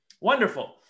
wonderful